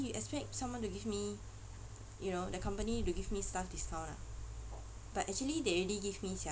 you expect someone to give me you know the company to give me staff discount ah but actually they already give me sia